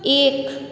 एक